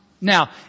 now